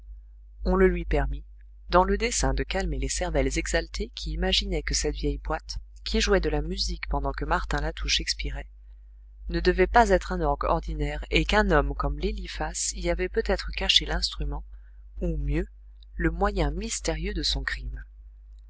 on le lui permit dans le dessein de calmer les cervelles exaltées qui imaginaient que cette vieille boîte qui jouait de la musique pendant que martin latouche expirait ne devait pas être un orgue ordinaire et qu'un homme comme l'eliphas y avait peut-être caché l'instrument ou mieux le moyen mystérieux de son crime